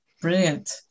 brilliant